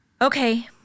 Okay